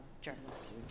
journalists